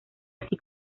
así